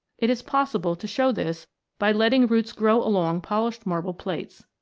it is possible to show this by letting roots grow along polished marble plates.